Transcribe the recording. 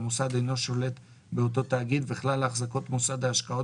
המוסד אינו שולט באותו תאגיד וכלל החזקות מוסד ההשקעות